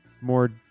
more